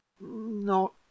Not